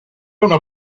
una